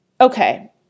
Okay